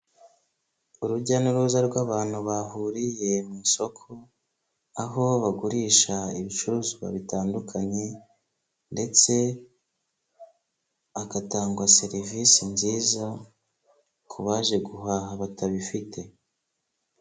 Urujya n'uruza rw'abantu bahuriye mu isoko, aho bagurisha ibicuruzwa bitandukanye, ndetse hagatangwa serivisi nziza ku baje guhaha batabifite.